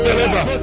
Deliver